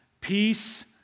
peace